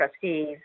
Trustees